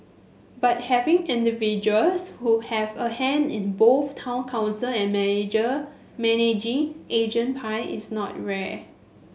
but having individuals who have a hand in both town council and manager managing agent pie is not rare